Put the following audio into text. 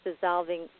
dissolving